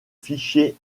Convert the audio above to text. fichier